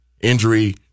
injury